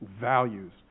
values